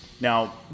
Now